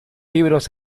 libros